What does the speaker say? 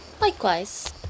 Likewise